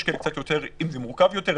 יש כאלה קצת יותר אם זה מורכב יותר,